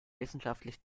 wissenschaftlich